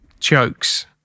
jokes